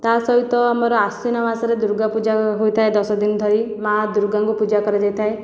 ତା'ସହିତ ଆମର ଆଶ୍ଵିନ ମାସରେ ଦୂର୍ଗା ପୂଜା ହୋଇଥାଏ ଦଶ ଦିନ ଧରି ମାଆ ଦୂର୍ଗାଙ୍କୁ ପୂଜା କରାଯାଇଥାଏ